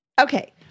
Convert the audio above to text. Okay